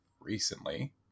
recently